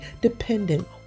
dependent